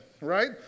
right